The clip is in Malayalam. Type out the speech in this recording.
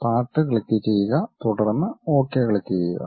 പാർട്ട് ക്ലിക്കുചെയ്യുക തുടർന്ന് ഒകെ ക്ലിക്കു ചെയ്യുക